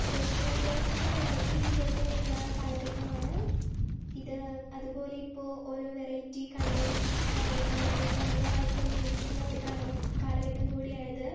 social മീഡിയാസിന് വളരെ ഇമ്പോർട്ടൻറ്റുള്ള കാലഘട്ടമാണ് ഇത് അതുപോലെ ഇപ്പോ ഓരോ വെറൈറ്റി കണ്ടൻസുമായി ആളുകൾ തരംഗമായി കൊണ്ട് നിൽക്കുന്ന ഒരു കാലഘട്ടം കൂടിയാണിത്